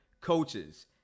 coaches